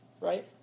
Right